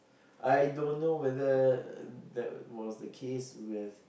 I don't know whether that was the case with